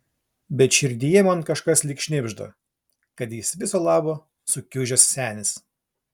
bet širdyje man kažkas lyg šnibžda kad jis viso labo sukiužęs senis